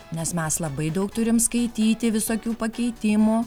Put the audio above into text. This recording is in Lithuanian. nes mes labai daug turim skaityti visokių pakeitimų